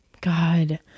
God